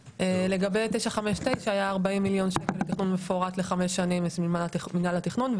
לגבי 959 היה 40 מיליון שקלים לתכנון מפורט לחמש שנים ממנהל התכנון,